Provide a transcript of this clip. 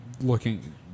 looking